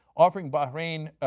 offering bahrain